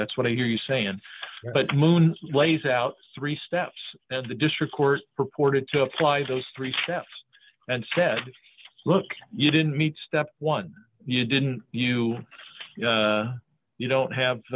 that's what i hear you saying but moon lays out three steps that the district court purported to apply those three steps and said look you didn't meet step one you didn't you know you don't have